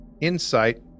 insight